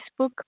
Facebook